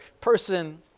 person